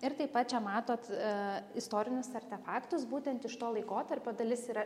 ir taip pat čia matot istorinius artefaktus būtent iš to laikotarpio dalis yra